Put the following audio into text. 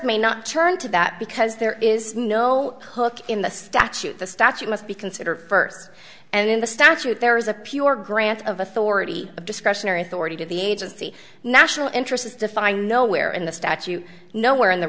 may not turn to that because there is no hook in the statute the statute must be considered first and in the statute there is a pure grant of authority of discretionary authority to the agency national interest is defined nowhere in the statute nowhere in the